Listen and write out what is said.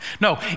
No